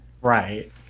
Right